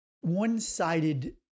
One-sided